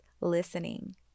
listening